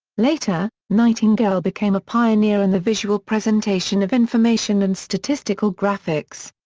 later, nightingale became a pioneer in the visual presentation of information and statistical graphics.